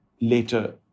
later